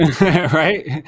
Right